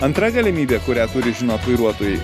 antra galimybė kurią turi žinot vairuotojai